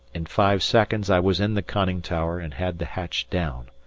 in five seconds i was in the conning tower and had the hatch down.